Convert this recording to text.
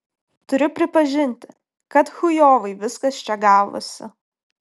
turiu pripažinti kad chujovai viskas čia gavosi